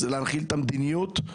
זה להנחיל את המדיניות.